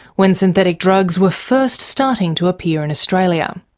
when synthetic drugs were first starting to appear in australia.